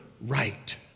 right